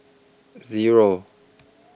Zero